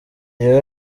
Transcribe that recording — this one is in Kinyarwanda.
rero